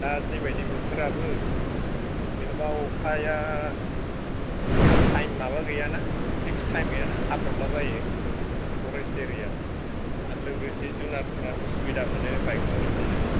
दा जेबायदि बोथोराबो जेनबा अखाया खुनु टाइम माबा गैयाना फिक्स टाइम गैयाना हाब्रबलाबायो फरेस्ट एरिया आरो लोगोसे जुनारफोराबो उसुबिदा मोनो बाइक जोंबो थांनो